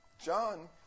John